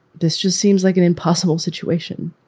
this just seems like an impossible situation.